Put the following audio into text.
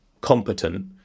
competent